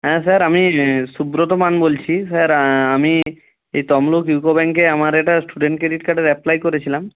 হ্যাঁ স্যার আমি সুব্রত মান বলছি স্যার আমি এই তমলুক ইউকো ব্যাঙ্কে আমার একটা স্টুডেন্ট ক্রেডিট কার্ডের অ্যাপ্লাই করেছিলাম